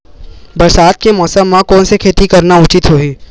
बरसात के मौसम म कोन से खेती करना उचित होही?